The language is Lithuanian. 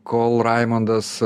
kol raimundas